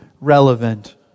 relevant